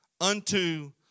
unto